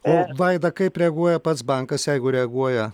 o vaida kaip reaguoja pats bankas jeigu reaguoja